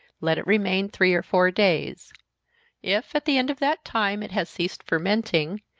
let it remain three or four days if, at the end of that time, it has ceased fermenting,